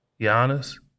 Giannis